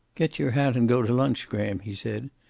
get your hat and go to lunch, graham, he said.